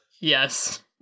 yes